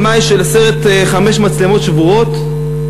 במאי של הסרט "חמש מצלמות שבורות",